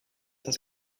has